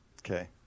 Okay